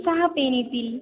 सहा पेन येतील